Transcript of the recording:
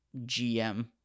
GM